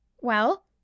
Well